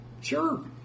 sure